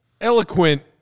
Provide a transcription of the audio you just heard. eloquent